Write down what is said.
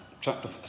chapter